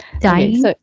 dying